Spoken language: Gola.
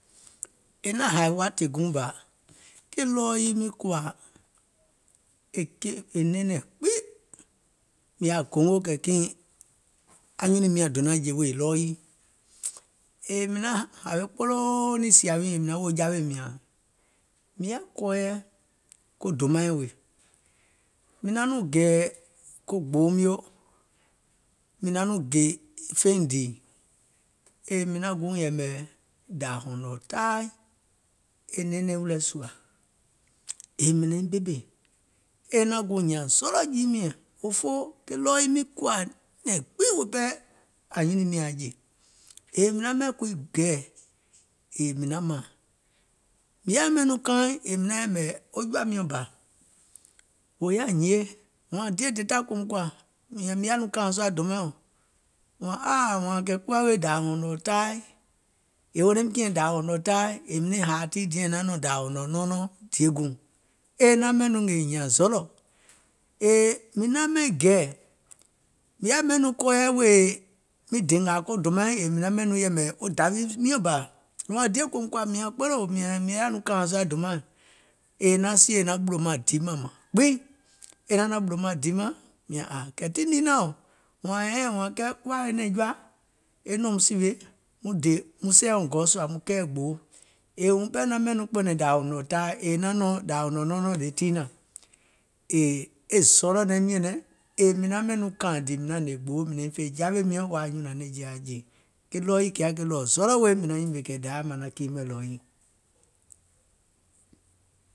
È naŋ hȧì wȧtì guùŋ bȧ, ke ɗɔɔ yii miŋ kuwȧ è nɛ̀ŋ gbiŋ, mìŋ yaȧ goongo kɛ̀ kiìŋ anyunùim nyȧŋ donaŋ jè ɗɔɔ yii, yèè mìŋ naŋ hawe kpoloo yèè mìŋ naŋ wòò jawèim mìàŋ, mìŋ kɔɔyɛ ko dòmaìŋ weè, mìŋ naŋ nɔŋ gɛ̀ɛ̀ ko gboo mio, mìŋ naŋ nɔŋ gè feìŋ dìì, yèè mìŋ naŋ guùŋ yɛ̀mɛ̀ dȧȧ hɔ̀nɔ̀ɔ̀ taai e nɛɛnɛŋ wilɛ̀ sùȧ, yèè mìŋ naiŋ ɓemè, è naŋ guùŋ hìɛ̀ŋ zɔlɔ̀ jii miɛ̀ŋ òfoo ke ɗɔɔ yii miŋ kuwȧ nɛ̀ŋ gbiŋ wèè pɛɛ ȧnyunùim nyàŋ aŋ jè, mìŋ naŋ ɓɛìŋ kuii gɛɛ̀ mìŋ naŋ mȧȧŋ, mìŋ yaà ɓɛìŋ nɔŋ kaaìŋ yèè mìŋ naŋ yɛ̀mɛ̀ wo jɔ̀ȧ miɔ̀ŋ bȧ wò yaȧ hinie, wȧȧŋ diè, dèda kòòùm kɔ̀ȧ? Mìȧŋ mìŋ nɔŋ kààìŋ sùȧ dòmaȧŋ, yèè wààŋ aàŋ kuwà weè dȧȧ hɔ̀nɔ̀ɔ̀ taai, yèè wò naim kìɛ̀ŋ dȧȧ hɔ̀nɔ̀ɔ̀ taai yèè mìŋ naiŋ hȧȧ tii diɛŋ yèè è naŋ nɔ̀ŋ dȧȧ hɔ̀nɔ̀ɔ̀ nɔɔnɔŋ dièguùŋ, è naŋ ɓɛìŋ nɔŋ ngèè hìɛ̀ŋ zɔlɔ̀, yèè mìŋ naŋ ɓɛìŋ gɛɛ̀, mìŋ yaȧ ɓɛìŋ kɔɔyɛ wèè ngȧȧ miŋ dè ko dòmaìŋ, yèè mìŋ ɓɛìŋ nɔŋ yɛ̀mɛ̀ wo dȧwi miɔ̀ŋ bȧ, wȧȧŋ diè kòòùm kɔ̀ȧ? Mìȧŋ kpeleò, mìŋ yaȧ nɔŋ kààìŋ sùȧ dòmaȧŋ, yèè è naŋ sie è naŋ ɓùlò dìmȧŋ maŋ gbiŋ, è naŋ naȧŋ ɓùlò maŋ di màŋ, mìàŋ. kɛ̀ tiŋ nii naȧŋ yò, yèè wȧȧŋ ɛ̀ɛŋ, kɛɛ kuwà weè nɛ̀ŋ jɔa e nɔ̀um sìwè muŋ dè muŋ sɛɛ̀ wɔŋ gɔ sùȧ muŋ kɛɛ̀ gboo, yèè wuŋ pɛɛ naŋ ɓɛìŋ nɔŋ kpɛ̀nɛ̀ŋ dȧȧ hɔ̀nɔ̀ɔ̀ taai yèè è naŋ nɔ̀ŋ dàà hɔ̀nɔ̀ɔ̀ nɔɔnɔŋ le tiinȧŋ, yèè e zɔlɔ̀ naim nyɛ̀nɛ̀ŋ yèè mìŋ ɓɛìŋ nɔŋ kȧȧìŋ dìì mìŋ naŋ hnè gboo yèè mìŋ naiŋ fè jawè miɔ̀ŋ wèè aŋ nyùnȧŋ nɛ̀ŋje aŋ jè, ke ɗɔɔ yii yaȧ ɗɔ̀ɔ̀ zɔlɔ̀ weèim mìŋ naŋ nyìmè kɛ̀ Dayȧ manaŋ kii mɛ̀ ɗɔɔ yii.